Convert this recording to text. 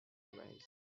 arise